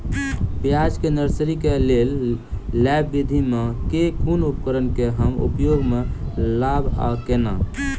प्याज केँ नर्सरी केँ लेल लेव विधि म केँ कुन उपकरण केँ हम उपयोग म लाब आ केना?